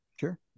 Sure